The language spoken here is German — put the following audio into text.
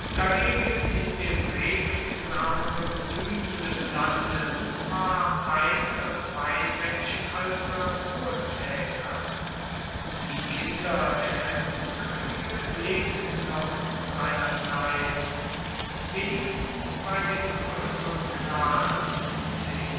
dagegen in dem regsameren süden des landes war ein oder zwei menschenalter vor caesar die kinder der letzten könige lebten noch zu seiner zeit wenigstens bei den größeren clans den